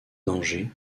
danger